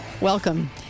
welcome